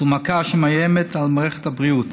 זו מכה שמאיימת על מערכת הבריאות.